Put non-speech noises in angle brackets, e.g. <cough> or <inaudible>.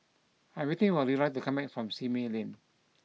I'm waiting for Leroy to come back from Simei Lane <noise>